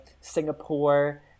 Singapore